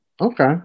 Okay